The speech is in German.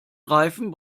reifen